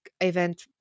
event